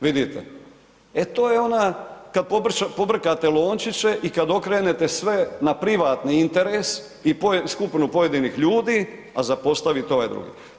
Vidite, e to je ona kad pobrkate lončiće i kad okrenete sve na privatni interes i skupinu pojedinih ljudi, a zapostavite ovaj drugi.